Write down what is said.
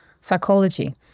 psychology